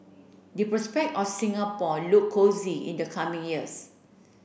the prospect of Singapore look cosy in the coming years